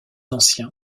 ancien